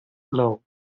low